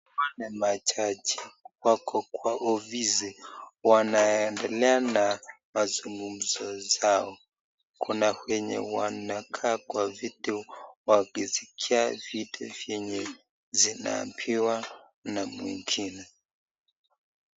Hawa ni majaji wako Kwa ofisi wanaendelea na mazungumzo zao Kuna wenye Wanaka viti wakisikia vitu zenye zinambiwa na mwingine.